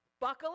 Buckle